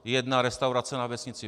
Jedna restaurace na vesnici.